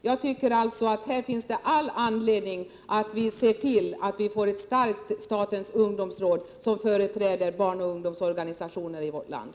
Det finns all anledning för oss att se till att vi får ett starkt statens ungdomsråd som företräder barnoch ungdomsorganisationerna i vårt land.